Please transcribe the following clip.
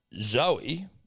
Zoe